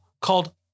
called